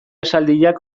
esaldiak